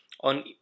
on